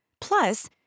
Plus